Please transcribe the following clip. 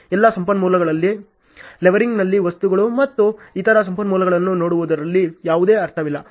ಎಲ್ಲಾ ಸಂಪನ್ಮೂಲಗಳಲ್ಲ ಲೆವೆಲಿಂಗ್ನಲ್ಲಿ ವಸ್ತುಗಳು ಮತ್ತು ಇತರ ಸಂಪನ್ಮೂಲಗಳನ್ನು ನೋಡುವುದರಲ್ಲಿ ಯಾವುದೇ ಅರ್ಥವಿಲ್ಲ